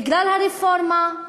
בגלל הרפורמה,